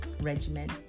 regimen